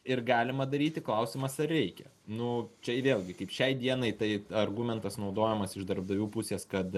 ir galima daryti klausimas ar reikia nu čia vėlgi kaip šiai dienai taip argumentas naudojamas iš darbdavių pusės kad